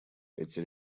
эти